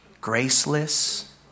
graceless